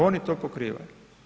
Oni to pokrivaju.